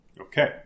Okay